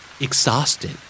Exhausted